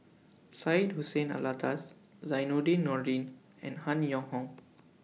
Syed Hussein Alatas Zainudin Nordin and Han Yong Hong